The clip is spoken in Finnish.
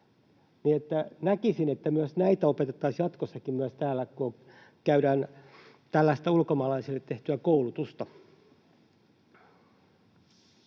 Näkisin, että myös näitä opetettaisiin jatkossakin myös täällä, kun käydään tällaista ulkomaalaisille tehtyä koulutusta.